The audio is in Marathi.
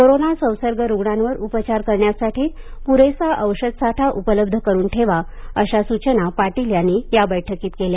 कोरोना संसर्ग रुग्णांवर उपचार करण्यासाठी पुरेसा औषधसाठा उपलब्ध करुन ठेवा अशा सूचना पाटील यांनी या बैठकीत केल्या